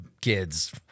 kids